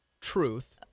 truth